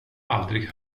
aldrig